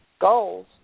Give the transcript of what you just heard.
goals